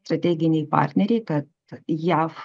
strateginiai partneriai kad jav